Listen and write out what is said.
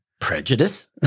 Prejudice